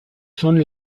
son